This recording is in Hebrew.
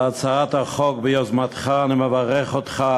על הצעת החוק ביוזמתך אני מברך אותך,